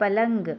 पलंग